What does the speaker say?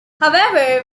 however